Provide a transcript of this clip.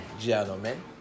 gentlemen